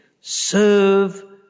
Serve